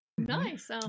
Nice